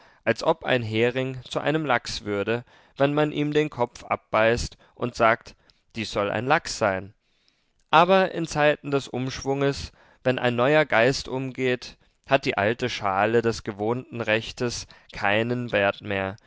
als ob ein hering zu einem lachs würde wenn man ihm den kopf abbeißt und sagt dies soll ein lachs sein aber in zeiten des umschwunges wenn ein neuer geist umgeht hat die alte schale des gewohnten rechtes keinen wert mehr